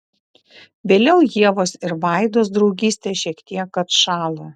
vėliau ievos ir vaidos draugystė šiek tiek atšalo